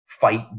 fight